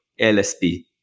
LSP